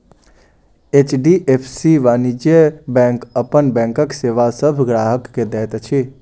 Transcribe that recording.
HDFC वाणिज्य bank अपन बैंकक सेवा सभ ग्राहक के दैत अछि